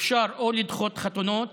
אפשר לדחות חתונות,